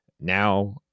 Now